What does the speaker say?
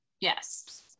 Yes